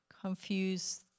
confuse